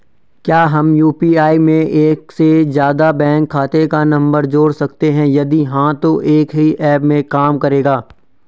क्या हम यु.पी.आई में एक से ज़्यादा बैंक खाते का नम्बर जोड़ सकते हैं यदि हाँ तो एक ही ऐप में काम करेगा?